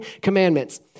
Commandments